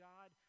God